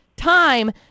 Time